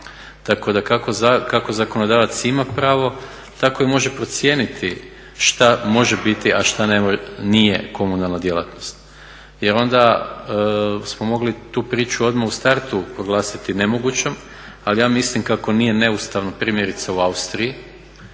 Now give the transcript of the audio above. Tako da kako zakonodavac ima pravo tako i može procijeniti šta može biti a šta nije komunalna djelatnost. Jer onda smo mogli tu priču odmah u startu proglasiti nemogućom ali ja mislim kako nije neustavno primjerice u Austriji